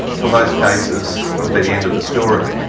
for most cases, would be the end of the story.